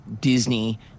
Disney